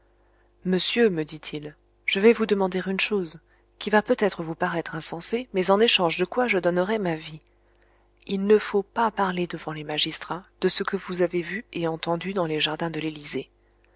monsieur me dit-il je vais vous demander une chose qui va peut-être vous paraître insensée mais en échange de quoi je donnerais ma vie il ne faut pas parler devant les magistrats de ce que vous avez vu et entendu dans les jardins de l'élysée